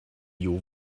your